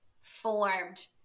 formed